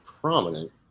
prominent